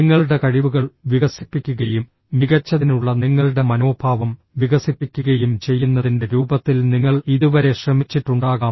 നിങ്ങളുടെ കഴിവുകൾ വികസിപ്പിക്കുകയും മികച്ചതിനുള്ള നിങ്ങളുടെ മനോഭാവം വികസിപ്പിക്കുകയും ചെയ്യുന്നതിന്റെ രൂപത്തിൽ നിങ്ങൾ ഇതുവരെ ശ്രമിച്ചിട്ടുണ്ടാകാം